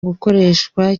gukoreshwa